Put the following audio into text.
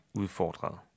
udfordret